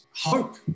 hope